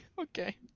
okay